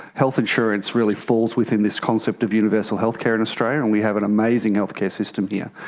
health insurance really falls within this concept of universal health care in australia and we have an amazing healthcare system here.